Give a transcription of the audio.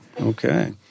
Okay